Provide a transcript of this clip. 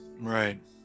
right